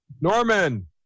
Norman